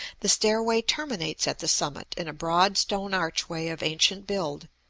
the stairway terminates at the summit in a broad stone archway of ancient build,